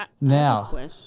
now